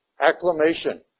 acclamation